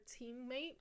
teammate